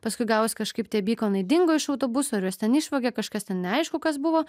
paskui gavos kažkaip tie bykonai dingo iš autobuso ar juos ten išvogė kažkas ten neaišku kas buvo